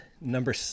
Number